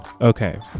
Okay